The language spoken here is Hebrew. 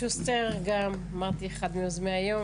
שוסטר, אחד מיוזמי היום,